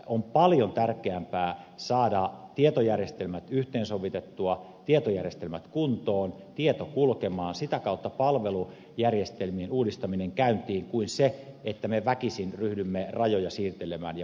on paljon tärkeämpää saada tietojärjestelmät yhteensovitettua tietojärjestelmät kuntoon tieto kulkemaan sitä kautta palvelujärjestelmien uudistaminen käyntiin kuin se että me väkisin ryhdymme rajoja siirtelemään ja muuttelemaan